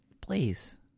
Please